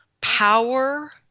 power